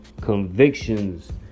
convictions